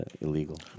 illegal